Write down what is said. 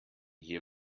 hier